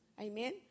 Amen